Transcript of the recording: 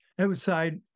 Outside